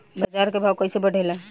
बाजार के भाव कैसे बढ़े ला?